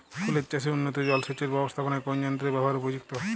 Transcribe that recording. ফুলের চাষে উন্নত জলসেচ এর ব্যাবস্থাপনায় কোন যন্ত্রের ব্যবহার উপযুক্ত?